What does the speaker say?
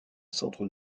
centre